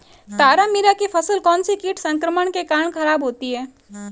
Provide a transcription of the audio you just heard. तारामीरा की फसल कौनसे कीट संक्रमण के कारण खराब होती है?